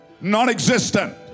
non-existent